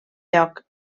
lloc